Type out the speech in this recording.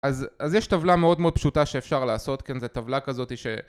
אז יש טבלה מאוד מאוד פשוטה שאפשר לעשות, כן זה טבלה כזאת ש...